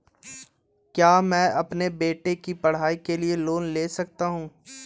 क्या मैं अपने बेटे की पढ़ाई के लिए लोंन ले सकता हूं?